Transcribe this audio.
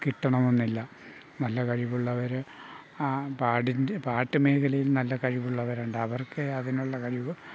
കിട്ടണമെന്നില്ല നല്ല കഴിവുള്ളവർ ആ പാടിൻ്റെ പാട്ട് മേഖലയിൽ നല്ല കഴിവുള്ളവരുണ്ട് അവർക്കേ അതിനുള്ള കഴിവ്